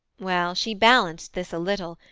well, she balanced this a little,